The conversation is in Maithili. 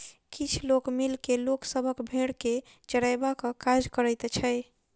किछ लोक मिल के लोक सभक भेंड़ के चरयबाक काज करैत छै